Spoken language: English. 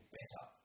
better